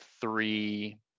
three